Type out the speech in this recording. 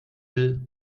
will